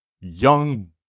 young